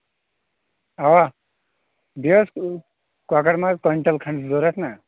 اَوا بیٚیہِ ٲس کۄکر ماز کویِنٹَل کھٔنٛڈ ضوٚرتھ نہ